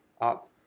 up